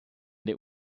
der